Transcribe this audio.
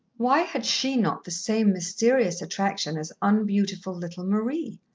why had she not the same mysterious attraction as un-beautiful little marie?